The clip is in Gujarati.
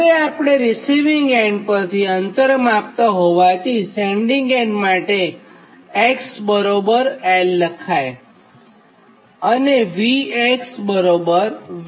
હવે આપણે રીસિવીંગ એન્ડ પરથી અંતર માપતાં હોવાથી સેન્ડીંગ એન્ડ માટે x l લખાય